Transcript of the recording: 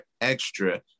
extra